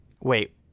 Wait